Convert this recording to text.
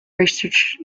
research